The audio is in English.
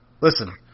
listen